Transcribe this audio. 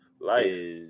life